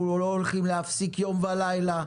אנחנו לא הולכים להפסיק יום ולילה,